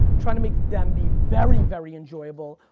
trying to make them be very very enjoyable,